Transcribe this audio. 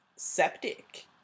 septic